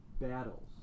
battles